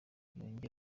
yongere